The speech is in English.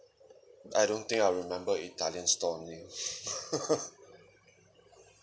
I don't think I'll remember italian store name